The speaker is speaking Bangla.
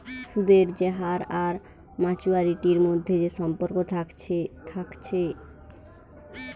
সুদের যে হার আর মাচুয়ারিটির মধ্যে যে সম্পর্ক থাকছে থাকছে